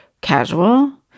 casual